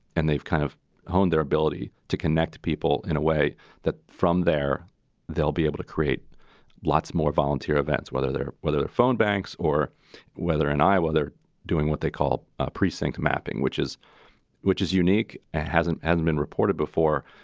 and they've kind of honed their ability to connect people in a way that from there they'll be able to create lots more volunteer events, whether they're whether it phone banks or whether in iowa they're doing what they call precinct mapping, which is which is unique, hasn't ever been reported before.